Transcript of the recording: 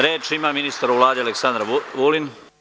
Reč ima ministar u Vladi Aleksandar Vulin.